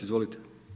Izvolite.